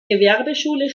gewerbeschule